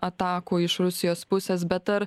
atakų iš rusijos pusės bet ar